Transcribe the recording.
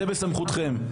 זה בסמכותכם.